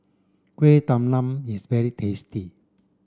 Kueh Talam is very tasty